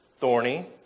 Thorny